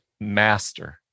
master